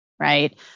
Right